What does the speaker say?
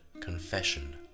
confession